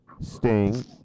Sting